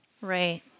Right